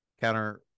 counter